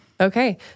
Okay